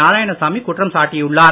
நாராயணசாமி குற்றம் சாட்டியுள்ளார்